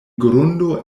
grundo